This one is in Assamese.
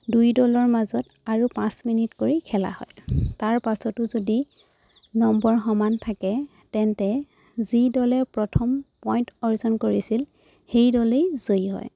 দুই দলৰ মাজত আৰু পাঁচ মিনিট কৰি খেলা হয় তাৰ পাছতো যদি নম্বৰ সমান থাকে তেন্তে যি দলে প্ৰথম পইণ্ট অৰ্জন কৰিছিল সেই দলেই জয়ী হয়